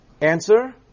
Answer